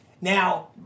Now